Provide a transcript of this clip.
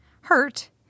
hurt